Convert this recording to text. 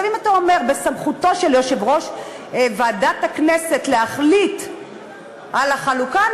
אם אתה אומר שבסמכותו של יושב-ראש ועדת הכנסת להחליט על החלוקה,